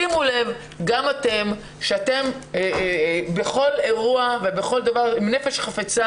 שימו לב גם אתם שאתם בכל אירוע ובכל דבר בנפש חפצה